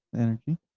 energy